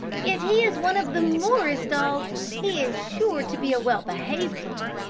if he is one of the morris dogs, he is sure to be a well-behaved one.